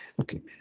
Okay